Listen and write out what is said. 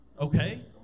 Okay